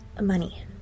Money